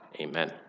Amen